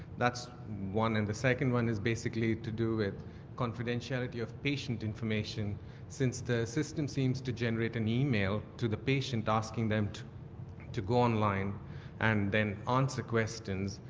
that's one. and the second one is basically to do with confidentiality of patient information since the system seems to generate an email to the patient asking them to to go online and then answer questions,